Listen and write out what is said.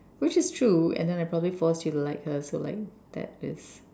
which is true and then I probably forced you to like her so like that is